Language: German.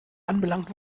anbelangt